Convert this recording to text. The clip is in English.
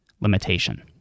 limitation